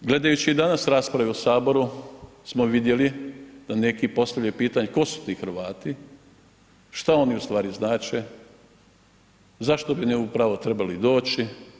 Gledajući i danas rasprave u saboru smo vidjeli da neki postavljaju pitanje, tko su ti Hrvati, šta oni u stvari znače, zašto bi oni upravo trebali doći?